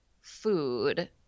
food